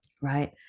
Right